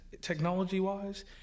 technology-wise